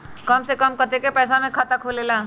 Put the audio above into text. कम से कम कतेइक पैसा में खाता खुलेला?